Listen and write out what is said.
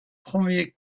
premier